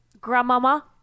Grandmama